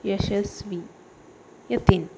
Yashasvi Yatin